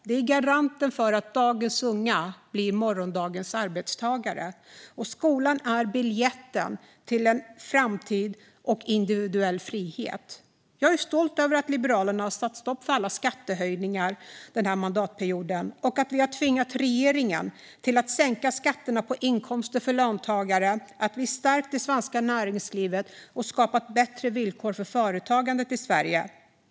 Det är garanten för att dagens unga blir morgondagens arbetstagare. Skolan är biljetten till en framtid och till individuell frihet. Jag är stolt över att Liberalerna har satt stopp för alla skattehöjningar under den här mandatperioden och över att vi har tvingat regeringen att sänka skatterna på inkomster för löntagare. Vi har stärkt det svenska näringslivet och skapat bättre villkor för företagandet i Sverige.